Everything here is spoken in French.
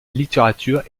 littérature